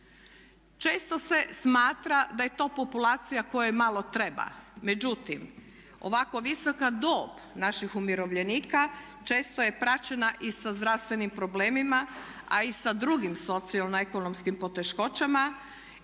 Često se smatra da je to populacija kojoj malo treba, međutim ovako visoka dob naših umirovljenika često je praćena i sa zdravstvenim problemima, a i sa drugim socijalno ekonomskim poteškoćama